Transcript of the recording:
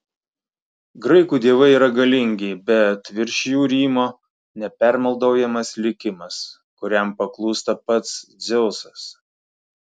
graikų dievai yra galingi bet virš jų rymo nepermaldaujamas likimas kuriam paklūsta pats dzeusas